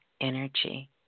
energy